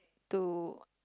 to